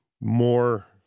more